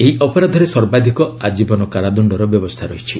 ଏହି ଅପରାଧରେ ସର୍ବାଧିକ ଆଜୀବନ କାରାଦଣ୍ଡର ବ୍ୟବସ୍ଥା ରହିଛି